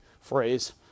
phrase